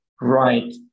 right